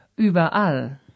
überall